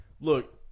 look